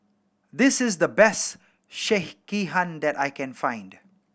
this is the best Sekihan that I can find